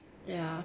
ya